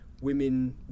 women